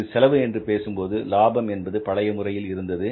இது செலவு என்று பேசும்போது லாபம் என்பது பழைய முறையில் இருந்தது